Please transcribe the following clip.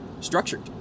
structured